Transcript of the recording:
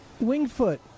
Wingfoot